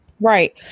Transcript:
Right